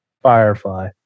Firefly